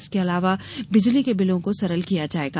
इसके अलावा बिजली के बिलों को सरल किया जाएगा